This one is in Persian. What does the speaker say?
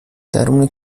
درون